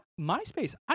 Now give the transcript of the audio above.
MySpace